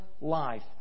life